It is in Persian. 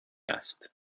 است